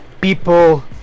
people